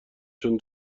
چون